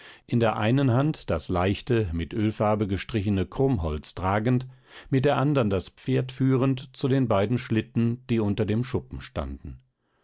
in der einen hand das leichte mit ölfarbe gestrichene krummholz tragend mit der andern das pferd führend zu den beiden schlitten die unter dem schuppen standen